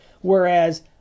whereas